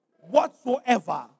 whatsoever